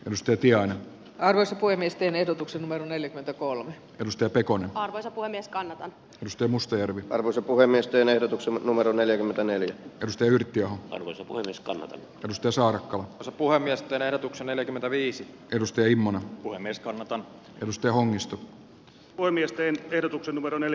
pyrstötiainen tarjosi kuin miesten ehdotuksemme on neljäkymmentäkolme pyrstöpeikon arvoisa puhemies kanavan risto mustajärvi arvoisa puhemies teen ehdotuksen numero neljäkymmentäneljä guster yritti apuun seiskan pystysuorat puhemiesten ehdotuksen neljäkymmentäviisi klusterima mies kommentoi armstrongista voi miesten erotuksen verran eli